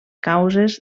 causes